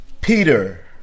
Peter